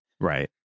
Right